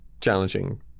challenging